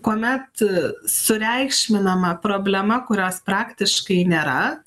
kuomet sureikšminama problema kurios praktiškai nėra